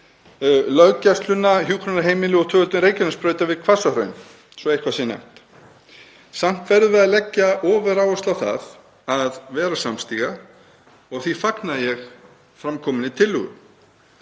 löggæsluna, hjúkrunarheimili og tvöföldun Reykjanesbrautar við Hvassahraun, svo eitthvað sé nefnt. Samt verðum við að leggja ofuráherslu á það að vera samstiga og því fagna ég fram kominni tillögu.